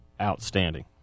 outstanding